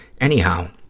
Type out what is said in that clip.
Anyhow